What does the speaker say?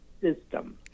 system